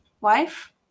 wife